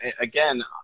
again